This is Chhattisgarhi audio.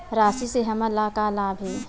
राशि से हमन ला का लाभ हे?